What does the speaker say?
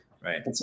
Right